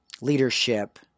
leadership